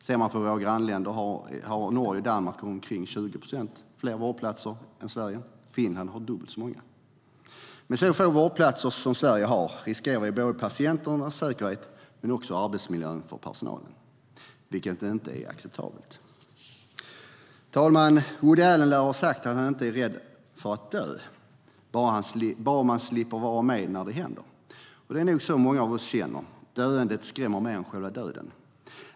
Ser vi på våra grannländer har Norge och Danmark omkring 20 procent fler vårdplatser än Sverige, och Finland har dubbelt så många. Med så få vårdplatser som Sverige har riskerar vi patienternas säkerhet men också arbetsmiljön för personalen, vilket inte är acceptabelt. Herr talman! Woody Allen lär ha sagt att han inte är rädd för att dö, bara han slipper vara med när det händer. Det är nog så många av oss känner. Döendet skrämmer mer än själva döden.